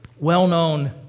well-known